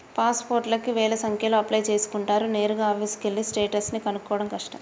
pass పోర్టుకి వేల సంఖ్యలో అప్లై చేసుకుంటారు నేరుగా ఆఫీసుకెళ్ళి స్టేటస్ ని కనుక్కోడం కష్టం